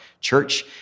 church